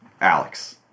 Alex